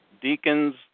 deacons